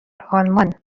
آلمان